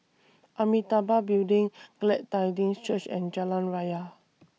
Amitabha Building Glad Tidings Church and Jalan Raya